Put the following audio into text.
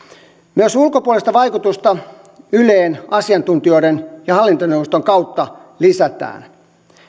myös ulkopuolista vaikutusta yleen asiantuntijoiden ja hallintoneuvoston kautta lisätään